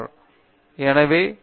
பேராசிரியர் அரிந்தமா சிங் ஆமாம்